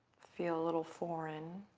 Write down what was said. feel a little foreign.